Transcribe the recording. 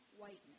whiteness